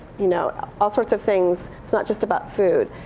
you know all sorts of things. it's not just about food.